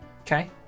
Okay